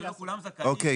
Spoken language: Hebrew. בסדר.